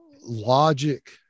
logic